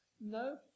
No